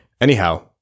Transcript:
Anyhow